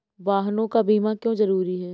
वाहनों का बीमा क्यो जरूरी है?